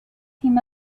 him